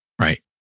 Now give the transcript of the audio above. Right